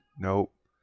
Nope